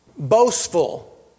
Boastful